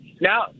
now